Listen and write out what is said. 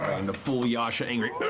the full yasha, angry.